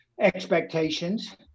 expectations